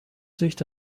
sicht